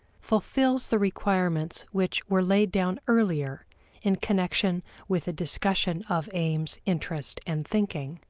fulfills the requirements which were laid down earlier in connection with the discussion of aims, interest, and thinking.